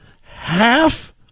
Half